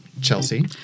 Chelsea